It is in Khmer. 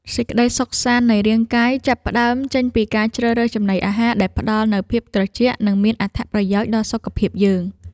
សេចក្តីសុខសាន្តនៃរាងកាយចាប់ផ្តើមចេញពីការជ្រើសរើសចំណីអាហារដែលផ្ដល់នូវភាពត្រជាក់និងមានអត្ថប្រយោជន៍ដល់សុខភាពយើង។